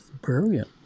brilliant